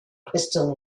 crystal